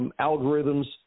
algorithms